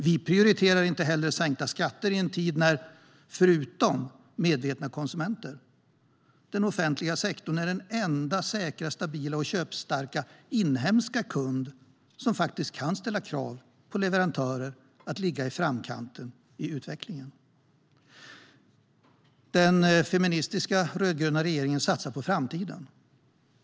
Vi prioriterar inte heller sänkta skatter i en tid när förutom medvetna konsumenter den offentliga sektorn är den enda säkra, stabila och köpstarka inhemska kund som kan ställa krav på leverantörer att ligga i framkant i utvecklingen. Den rödgröna feministiska regeringen satsar på framtiden.